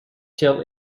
still